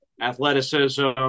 athleticism